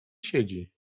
siedzi